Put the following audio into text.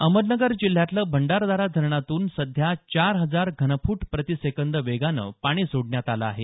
अहमदनगर जिल्ह्यातलं भंडारदरा धरणातून सध्या चार हजार घनफूट प्रतीसेकंद वेगानं पाणी सोडण्यात आलं आहे